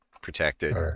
protected